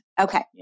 Okay